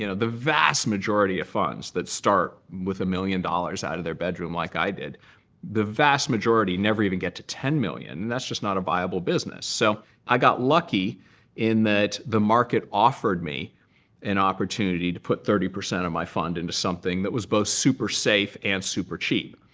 you know the vast majority of funds that start with one million dollars out of their bedroom like i did the vast majority never even get to ten million dollars. and that's just not a viable business. so i got lucky in that the market offered me an opportunity to put thirty percent of my fund into something that was both super safe and super cheap.